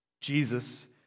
Jesus